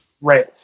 Right